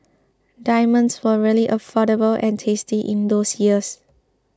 diamonds were really affordable and tasty in those years